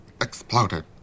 exploded